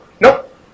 nope